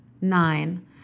Nine